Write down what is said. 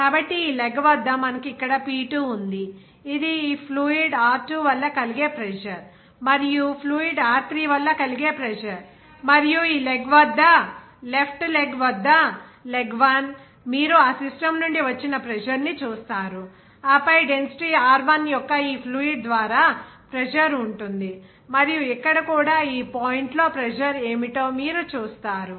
కాబట్టి ఈ లెగ్ వద్ద మనకు ఇక్కడ P2 ఉంది ఇది ఈ ఫ్లూయిడ్ r2 వల్ల కలిగే ప్రెజర్ మరియు ఫ్లూయిడ్ r3 వల్ల కలిగే ప్రెజర్ మరియు ఈ లెగ్ వద్ద లెఫ్ట్ లెగ్ వద్ద లెగ్ 1 మీరు ఆ సిస్టమ్ నుండి వచ్చిన ప్రెజర్ ని చూస్తారు ఆపై డెన్సిటీ r1 యొక్క ఈ ఫ్లూయిడ్ ద్వారా ప్రెజర్ ఉంటుంది మరియు ఇక్కడ కూడా ఈ పాయింట్ లో ప్రెజర్ ఏమిటో మీరు చూస్తారు